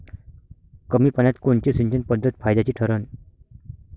कमी पान्यात कोनची सिंचन पद्धत फायद्याची ठरन?